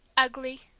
ugly,